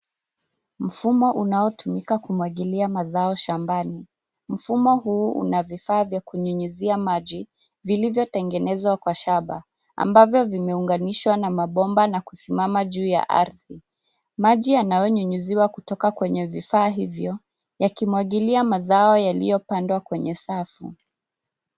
Mfumo unaotumika kumwagilia mazao shambani. Mfumo huu una vifaa vya kunyunyizia maji zilivyotengenezwa kwa shamba ambavyo vimeunganisha na mabomba na kusimama juu ya ardhi. Maji yanayonyunyuziwa kutoka kwenye vifaa hivyo yakimwagilia mazao yaliyopandwa kwenye safu.